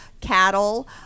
cattle